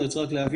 אני רוצה להבין.